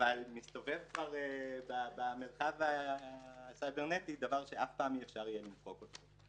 אבל מסתובב כבר במרחב הסייברנטי דבר שאף פעם אי אפשר יהיה למחוק אותו.